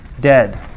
dead